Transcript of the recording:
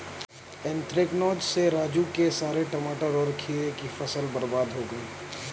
anthracnose से राजू के सारे टमाटर और खीरे की फसल बर्बाद हो गई